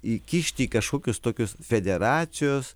įkišti į kažkokius tokius federacijos